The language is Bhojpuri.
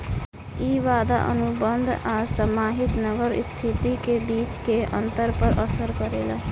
इ वादा अनुबंध आ समाहित नगद स्थिति के बीच के अंतर पर असर करेला